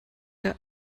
der